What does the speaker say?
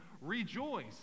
rejoice